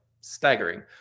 staggering